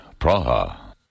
Praha